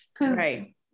Right